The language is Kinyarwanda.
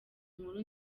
nkuru